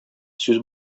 сүз